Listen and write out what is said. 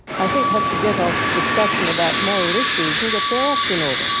i think, have to get off discussion about moral issues and get their act in order.